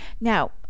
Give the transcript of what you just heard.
now